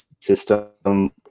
system